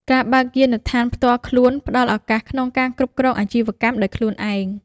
ការបើកយានដ្ឋានផ្ទាល់ខ្លួនផ្តល់ឱកាសក្នុងការគ្រប់គ្រងអាជីវកម្មដោយខ្លួនឯង។